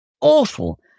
awful